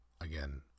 again